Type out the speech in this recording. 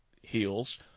heels